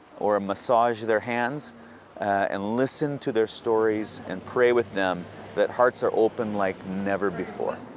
or massage their hands and listen to their stories and pray with them that hearts are opened like never before.